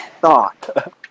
thought